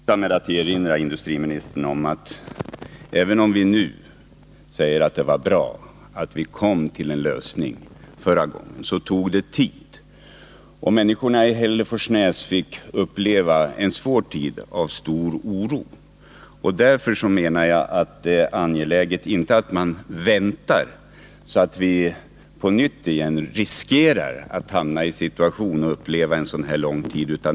Herr talman! Jag vill sluta med att erinra industriministern om att även om vi nu säger att det var bra att vi kom till en lösning förra gången, så tog det tid, och människorna i Hälleforsnäs fick uppleva en svår period av stor oro. Därför menar jag att det är angeläget att inte vänta så att man på nytt riskerar att hamna i en lång tids ovisshet.